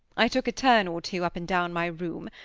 i took a turn or two up and down my room,